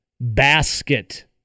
basket